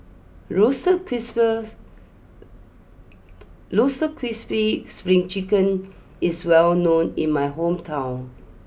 Roasted Crisp's Roasted Crispy Spring Chicken is well known in my hometown